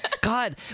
God